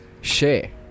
share